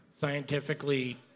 scientifically